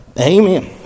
Amen